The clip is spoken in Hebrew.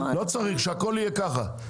שהכול יהיה ככה.